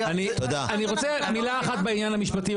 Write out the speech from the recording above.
אני רוצה מילה אחת בעניין המשפטית,